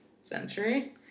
Century